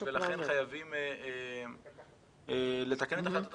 ולכן חייבים לתקן את החלטת הממשלה.